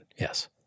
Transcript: yes